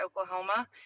Oklahoma